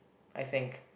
I think